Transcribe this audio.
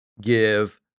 Give